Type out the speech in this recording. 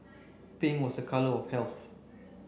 pink was a colour of health